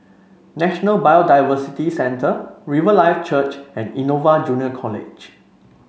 National Biodiversity Centre Riverlife Church and Innova Junior College